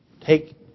Take